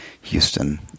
Houston